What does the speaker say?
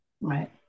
Right